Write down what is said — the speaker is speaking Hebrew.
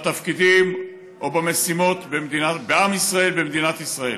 בתפקידים או במשימות בעם ישראל, במדינת ישראל.